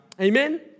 Amen